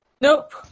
Nope